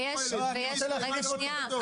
לא, היא מתחייבת להוריד אותו.